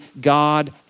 God